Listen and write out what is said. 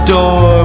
Door